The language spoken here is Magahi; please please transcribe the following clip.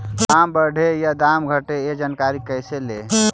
दाम बढ़े या दाम घटे ए जानकारी कैसे ले?